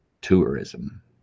tourism